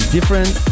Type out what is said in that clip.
Different